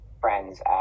friends